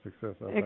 success